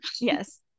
yes